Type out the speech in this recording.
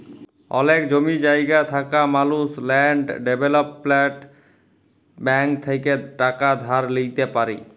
অলেক জমি জায়গা থাকা মালুস ল্যাল্ড ডেভেলপ্মেল্ট ব্যাংক থ্যাইকে টাকা ধার লিইতে পারি